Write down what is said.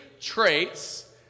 traits